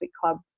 Club